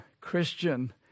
Christian